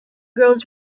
goes